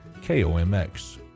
KOMX